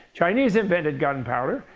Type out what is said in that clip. chinese invented gunpowder,